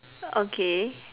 okay